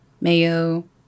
mayo